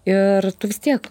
ir tu vis tiek